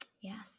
Yes